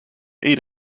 ate